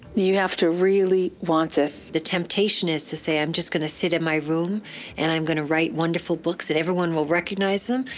you have to really want this. the temptation is to say i'm just going to sit in my room and i'm going to write wonderful books that everyone will recognize them.